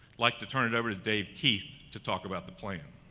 like to turn it over to dave keith to talk about the plan.